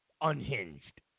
unhinged